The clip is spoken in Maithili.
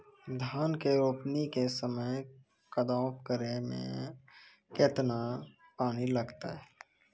धान के रोपणी के समय कदौ करै मे केतना पानी लागतै?